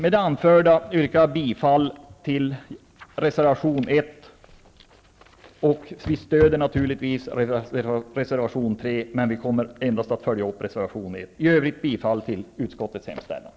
Med det anförda yrkar jag bifall till reservation 1. Vi stöder naturligtvis även reservation 3, men vi kommer att följa upp endast reservation 1 vid voteringen. I övrigt yrkar jag bifall till utskottets hemställan.